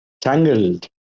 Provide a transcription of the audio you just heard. Tangled